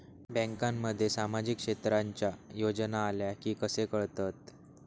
बँकांमध्ये सामाजिक क्षेत्रांच्या योजना आल्या की कसे कळतत?